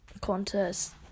contest